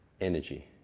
energy